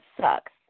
sucks